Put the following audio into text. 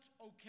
okay